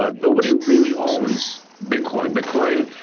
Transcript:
ah nobody really owns bitcoin. bitcoin,